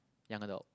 young adult